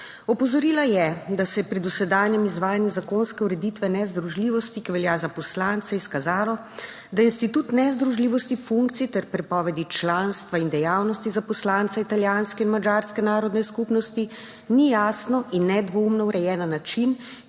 Opozorila je, da se je pri dosedanjem izvajanju zakonske ureditve nezdružljivosti, ki velja za poslance, izkazalo, da institut nezdružljivosti funkcij ter prepovedi članstva in dejavnosti za poslanca italijanske in madžarske narodne skupnosti ni jasno in nedvoumno urejen na način,